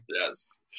Yes